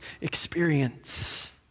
experience